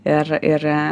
ir ir